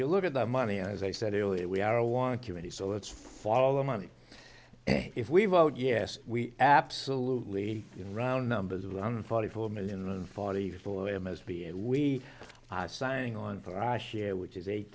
you look at the money as i said earlier we are one committee so let's follow money and if we vote yes we absolutely can round numbers one forty four million forty four a most be it we are signing on for i share which is eight